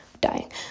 dying